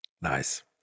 Nice